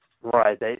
Right